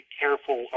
careful